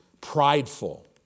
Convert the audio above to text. prideful